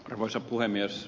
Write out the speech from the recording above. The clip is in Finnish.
arvoisa puhemies